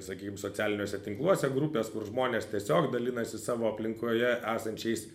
sakykim socialiniuose tinkluose grupės kur žmonės tiesiog dalinasi savo aplinkoje esančiais